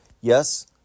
Yes